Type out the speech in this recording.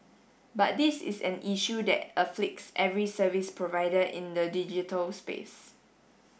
but this is an issue that afflicts every service provider in the digital space